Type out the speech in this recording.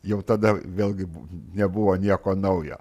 jau tada vėlgi nebuvo nieko naujo